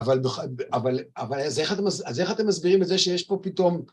אבל זה איך אתם מסבירים את זה שיש פה פתאום...